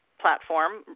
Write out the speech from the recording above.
platform